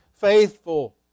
faithful